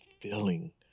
feeling